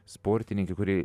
sportininkė kuri